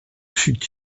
fut